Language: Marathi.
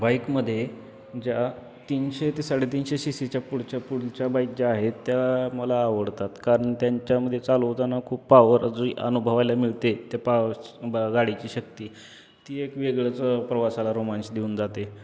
बाईकमध्ये ज्या तीनशे ते साडेतीनशे शीसीच्या पुढच्या पुढच्या बाईक ज्या आहेत त्या मला आवडतात कारण त्यांच्यामध्ये चालवताना खूप पावर असो अनुभवायला मिळते त्या पावर गाडीची शक्ती ती एक वेगळच प्रवासाला रोमांच देऊन जाते